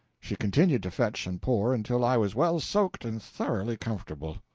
she continued to fetch and pour until i was well soaked and thoroughly comfortable.